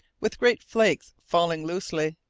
with great flakes falling loosely,